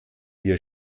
wir